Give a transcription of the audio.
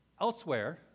Elsewhere